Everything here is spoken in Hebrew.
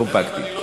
קומפקטיים.